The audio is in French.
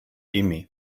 aimé